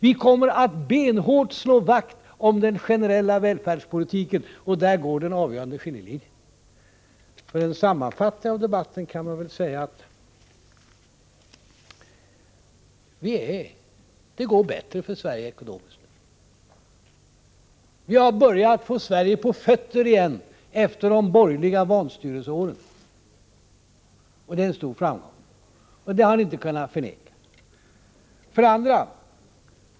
Vi kommer att benhårt slå vakt om den generella välfärdspolitiken. Där går den avgörande skiljelinjen. Som en sammanfattning av debatten kan man säga att det går ekonomiskt bättre för Sverige nu. Vi har börjat att få Sverige på fötter igen efter de borgerliga vanstyrelseåren. Det är en stor framgång. Det har ni inte kunnat förneka.